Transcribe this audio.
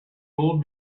old